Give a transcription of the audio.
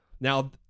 Now